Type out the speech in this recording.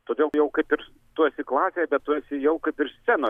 todėl jau kaip ir tu esi klasėj bet tu esi jau kaip ir scenoj